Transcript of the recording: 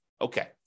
okay